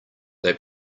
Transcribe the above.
they